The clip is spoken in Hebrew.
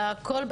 אלא כל,